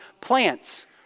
plants